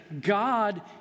God